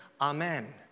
Amen